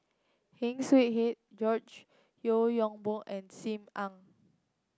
Heng Swee Heat George Yeo Yong Boon and Sim Ann